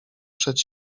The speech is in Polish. przed